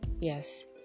Yes